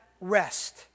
rest